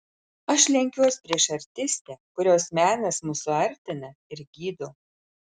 aš lenkiuos prieš artistę kurios menas mus suartina ir gydo